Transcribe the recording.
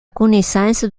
connaissance